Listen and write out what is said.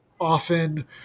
often